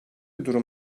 durum